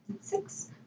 Six